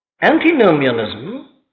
Antinomianism